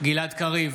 גלעד קריב,